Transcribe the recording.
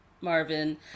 Marvin